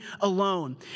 alone